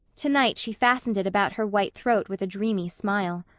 tonight she fastened it about her white throat with a dreamy smile.